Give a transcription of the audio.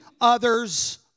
others